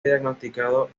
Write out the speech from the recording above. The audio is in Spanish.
diagnosticado